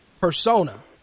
persona